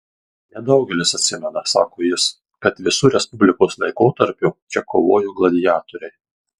nedaugelis atsimena sako jis kad visu respublikos laikotarpiu čia kovojo gladiatoriai